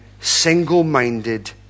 single-minded